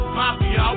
mafia